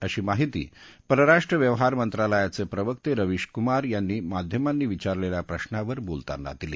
अशी माहिती परराष्ट्र व्यवहार मंत्रालयाचे प्रवक्ते रविश कुमारयांनी माध्यमांनी विचारलेल्या प्रशावर बोलतांना दिली